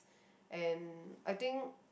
and I think